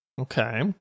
Okay